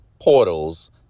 Portals